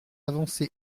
avancées